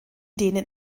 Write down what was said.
denen